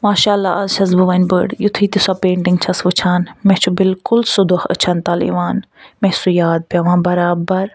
ماشاء اللہ آز چھَس بہٕ وۄنۍ بٔڑ یُتھٕے تہِ سۄ پینٹِنٛگ چھَس وُچھان مےٚ چھُ بلکل سُہ دۄہ أچھَن تَل یِوان مےٚ چھُ سُہ یاد پیٚوان برابر